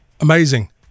Amazing